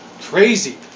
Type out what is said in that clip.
crazy